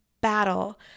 battle